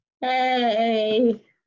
Hey